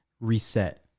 reset